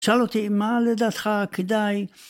תשאל אותי, מה לדעתך כדאי...